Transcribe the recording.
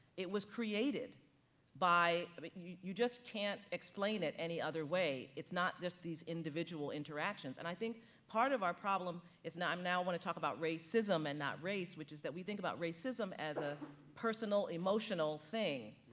it was created by um you you just can't explain it any other way. it's not just these individual interactions and i think part of our problem is not, um now i want to talk about racism and not race, which is that we think about racism as a personal emotional thing,